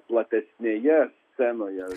platesnėje scenoje